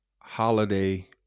holiday